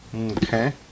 Okay